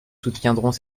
soutiendrons